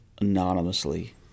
anonymously